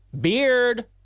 beard